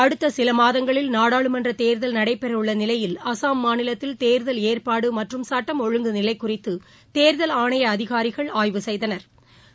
அடுத்தசிலமாதங்களில் நாடாளுமன்றதேர்தல் நடைபெறவுள்ளநிலையில் அஸ்ஸாம் மாநிலத்தில் தேர்தல் ஏற்பாடுமற்றும் சட்டம் ஒழுங்கு நிலைகுறித்துதேர்தல் ஆணையஅதிகாரிகள் ஆய்வு செய்தனா்